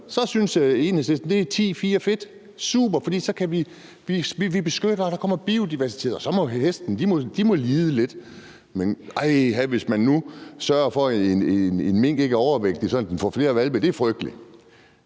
Så synes Enhedslisten, at det er ti-fire fedt og super, for så beskytter vi det, og der kommer biodiversitet, og så må hestene lide lidt. Men uha, hvis man nu sørger for, at en mink ikke er overvægtig, sådan at den får flere hvalpe, så er det frygteligt.